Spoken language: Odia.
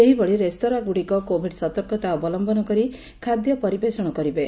ସେହିଭଳି ରେସ୍ତୋରାଗୁଡ଼ିକ କୋଭିଡ୍ ସତର୍କତା ଅବଲମ୍ମନ କରି ଖାଦ୍ୟ ପରିବେଷଣ କରିବେ